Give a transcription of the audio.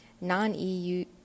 Non-EU